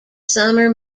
summer